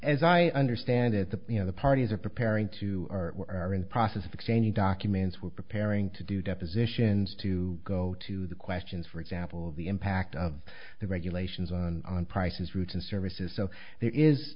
as i understand it the you know the parties are preparing to are in the process of exchanging documents we're preparing to do depositions to go to the questions for example of the impact of the regulations on on prices routes and services so there is